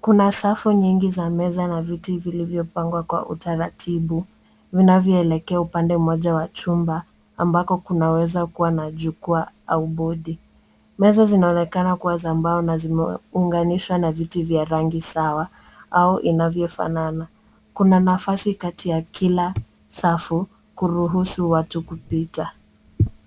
Kuna safu nyingi za meza na viti vilivyopangwa kwa utaratibu vinavyoelekea upande moja wa chumba ambako kunaweza kuwa na jukwaa au bodi. Meza zinaonekana kuwa za mbao na zimeunganishwa na viti vya rangi sawa au inavyo fanana. Kuna nafasi kati ya kila safu kuruhusu watu kupita.